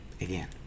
again